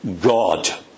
God